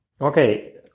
Okay